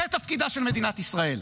זה תפקידה של מדינת ישראל.